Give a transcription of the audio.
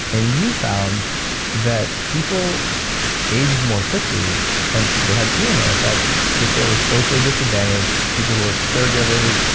and you found that people aged more quickly and they had telomere effects if they were socially disadvantaged, people who are caregivers,